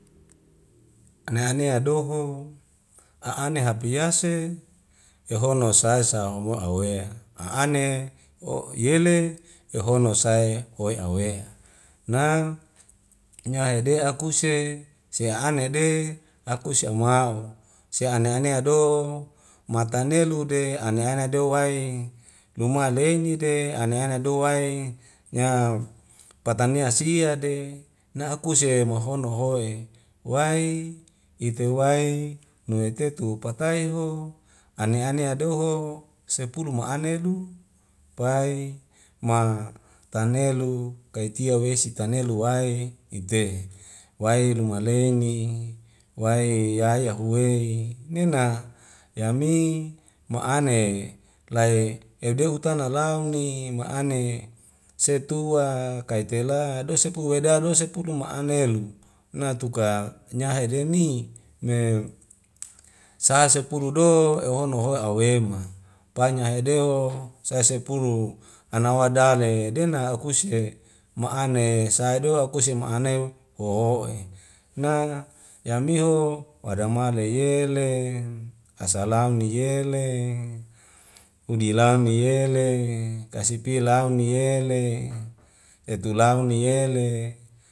Na anee doho a'ane hapiyase ehono sai sa amwua awea a'ane o'yele ehono sae wae aweya na nyahede akuse se a'ane de akuse amau se ane anea do matana lude ane anea deu wae luma leini de ane anea do wae nya patanea sia de na akusehe mahono hoe wai itewai nuwe tetu patai ho ane anea do ho sepulu ma'ane lu pai ma tane lu kaitia wesi tanelu wae ite wai luma leni wai yaya huwe nena yami ma'ane lai edeu utana lau ni ma'ane setua kaitela dose pue weida losepulu ma'ane lu natuka nyahedeini me sasepulu do ehono howe' awema panya hadeu sae sepulu ana wada le dena akuse ma'ane sadewa akuse ma'anew hoho'e na yamiho wadama leyele asalauni yele hudilau miyele kasipi lau niyele tetu lau ni yele